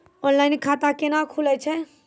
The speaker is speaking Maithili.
ऑनलाइन खाता केना खुलै छै?